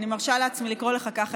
אני מרשה לעצמי לקרוא לך ככה,